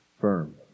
firm